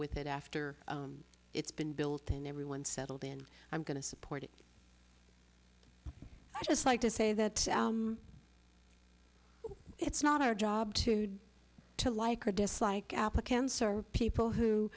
with it after it's been built and everyone settled in i'm going to support it i just like to say that it's not our job to do to like or dislike applicants or people who